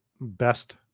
best